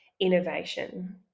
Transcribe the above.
innovation